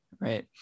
right